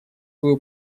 свою